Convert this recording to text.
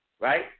right